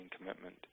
commitment